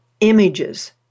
images